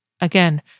again